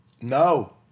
No